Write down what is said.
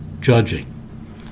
Judging